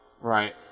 Right